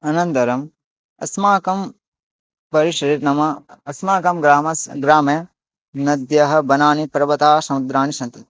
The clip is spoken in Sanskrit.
अनन्तरम् अस्माकं परिसरे नाम अस्माकं ग्रामस्य ग्रामे नद्यः वनानि पर्वताः समुद्राणि सन्ति